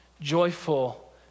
joyful